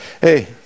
hey